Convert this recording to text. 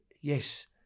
yes